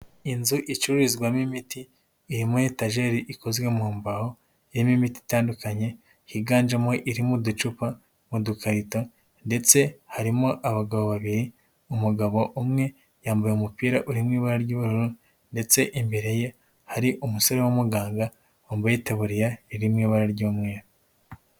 Inzu icururizwamo imiti iri muri etajeri ikozwe mu mbaho irimo imiti itandukanye higanjemo iri mu ducupa, mu dukarita ndetse harimo abagabo babiri, umugabo umwe yambaye umupira urimo ibara ry'ubururu ndetse imbere ye hari umusore w'umuganga wambaye iteburiya iri mu ibara ry'umweru.